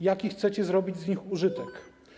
Jaki chcecie zrobić z nich użytek?